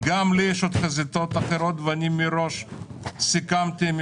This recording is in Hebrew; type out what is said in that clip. גם לי יש עוד חזיתות אחרות ואני מראש סיכמתי עם